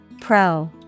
Pro